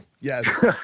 Yes